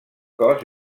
cos